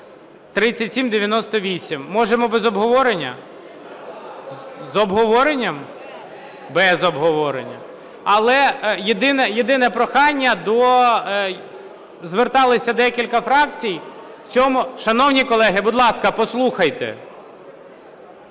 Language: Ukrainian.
(3798). Можемо без обговорення? З обговоренням? Без обговорення. Але єдине прохання до... Зверталися декілька фракцій... Шановні колеги, будь ласка, послухайте!